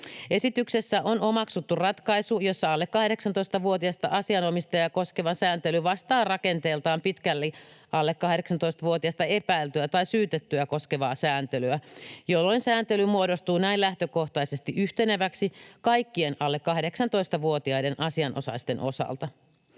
Esityksessä on omaksuttu ratkaisu, jossa alle 18-vuotiasta asianomistajaa koskeva sääntely vastaa rakenteeltaan pitkälti alle 18-vuotiasta epäiltyä tai syytettyä koskevaa sääntelyä, jolloin sääntely muodostuu näin lähtökohtaisesti yhteneväksi kaikkien alle 18-vuotiaiden asianosaisten osalta.